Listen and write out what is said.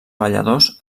balladors